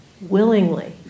willingly